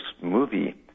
movie